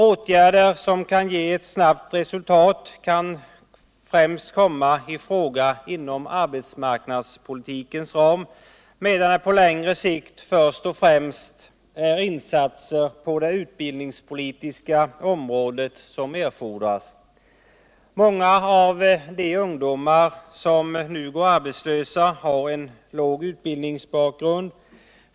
Insatser som kan ge eu snabbt resultat kan främst komma i fråga inom arbetsmarknadspolitikens ram. medan det på längre sikt först och främst är insatser på det utbildningspolitiska området som erfordras. Många av de ungdomar som nu går arbetslösa har en ”låg” utbildningsbakgrund.